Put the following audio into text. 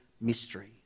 mystery